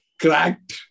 cracked